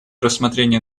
рассмотрения